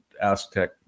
Aztec